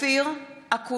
מתחייב אני אופיר אקוניס,